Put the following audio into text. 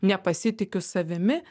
nepasitikiu savimi